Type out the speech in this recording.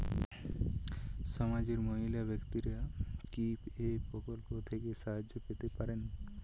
সমাজের মহিলা ব্যাক্তিরা কি এই প্রকল্প থেকে সাহায্য পেতে পারেন?